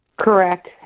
Correct